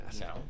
No